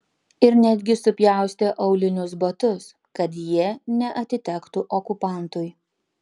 ir netgi supjaustė aulinius batus kad jie neatitektų okupantui